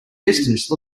distance